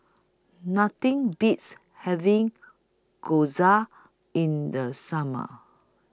Nothing Beats having Gyoza in The Summer